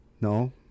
No